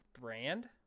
Brand